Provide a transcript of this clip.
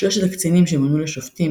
לשלושת הקצינים שמונו לשופטים,